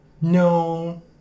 no